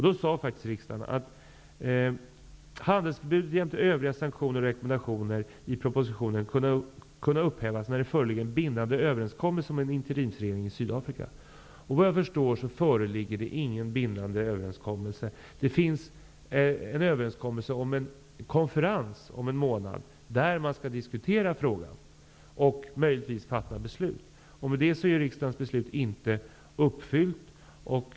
Då sade faktiskt riksdagen att ''handelsförbudet jämte övriga sanktioner och rekommendationer --- i propositionen kunna upphävas när det föreligger en bindande överenskommelse om en interimsregering i Vad jag förstår föreligger det inte någon bindande överenskommelse. Det finns en överenskommelse om att man skall ha en konferens om en månad. Då skall man diskutera frågan och möjligtvis fatta beslut. Men därmed är ju riksdagens villkor inte uppfyllt.